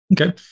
Okay